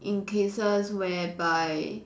in cases whereby